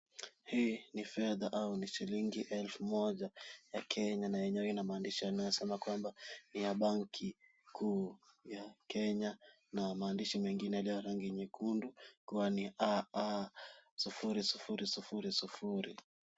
Hii ni fedha au ni shilingi elfu moja ya Kenya na yenyewe ina maandishi yanayosema ni ya banki kuu ya Kenya na maandishi mengine yaliyo ya rangi nyekundu kuwa ni AA00000.